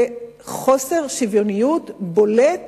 זה חוסר שוויוניות בולט.